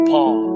Paul